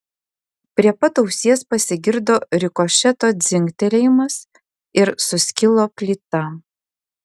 prie pat ausies pasigirdo rikošeto dzingtelėjimas ir suskilo plyta